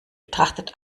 betrachtet